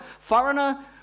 foreigner